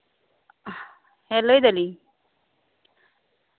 ᱦᱮᱸ ᱞᱟᱹᱭ ᱮᱫᱟᱞᱤᱧ